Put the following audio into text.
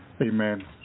amen